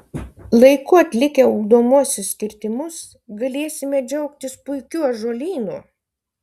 laiku atlikę ugdomuosius kirtimus galėsime džiaugtis puikiu ąžuolynu